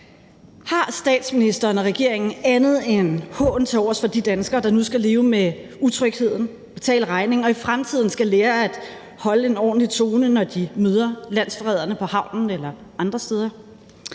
Har statsministeren og regeringen andet end en hån til overs for de danskere, der nu skal leve med utrygheden, betale regningen og i fremtiden skal lære at holde en ordentlig tone, når de møder landsforræderne på havnen eller andre steder?